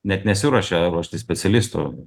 net nesiruošia ruošti specialistų